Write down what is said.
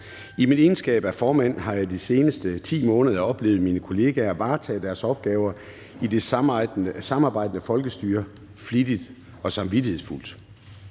I min egenskab af formand har jeg de seneste 10 måneder oplevet mine kolleger varetage deres opgaver i det samarbejdende folkestyre flittigt og samvittighedsfuldt.